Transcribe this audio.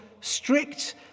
strict